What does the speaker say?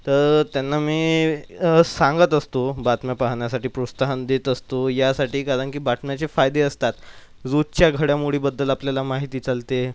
तर त्यांना मी सांगत असतो बातम्या पाहण्यासाठी प्रोत्साहन देत असतो यासाठी कारण की बातम्याचे फायदे असतात रोजच्या घडामोडीबद्दल आपल्याला माहिती चालते